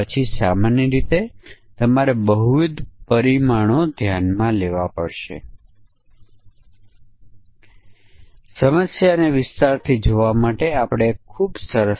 આપણે ખરેખર વિવિધ પ્રકારના અમાન્ય સમકક્ષ વર્ગોને વ્યાખ્યાયિત કરવાની જરૂર છે